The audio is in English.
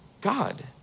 God